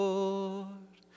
Lord